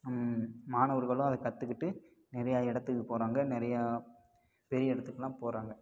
மாணவர்களும் அதை கற்றுக்கிட்டு நிறையா இடத்துக்கு போகிறாங்க நிறையா பெரிய இடத்துக்குலாம் போகிறாங்க